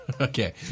Okay